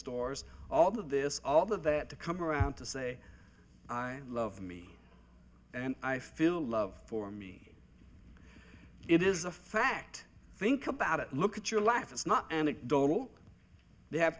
stores all of this all of that to come around to say i love me and i feel love for me it is a fact think about it look at your life it's not anecdotal they have